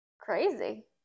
Crazy